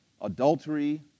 adultery